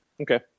Okay